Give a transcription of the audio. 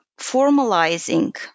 formalizing